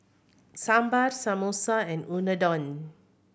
Sambar Samosa and Unadon